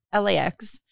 LAX